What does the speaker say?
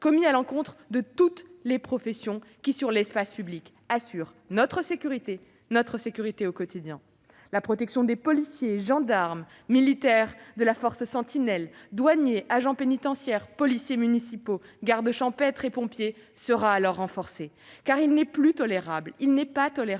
commis à l'encontre de toutes les professions qui, dans l'espace public, assurent notre sécurité au quotidien. La protection des policiers, gendarmes, militaires de l'opération Sentinelle, douaniers, agents pénitentiaires, policiers municipaux, gardes champêtres et pompiers sera renforcée, car il n'est plus tolérable que leur